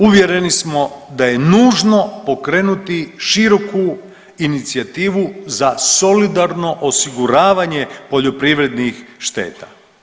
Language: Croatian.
Uvjereni smo da je nužno pokrenuti široku inicijativu za solidarno osiguravanje poljoprivrednih šteta.